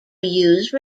use